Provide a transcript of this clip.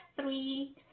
three